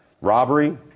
robbery